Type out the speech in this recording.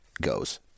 goes